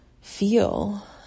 feel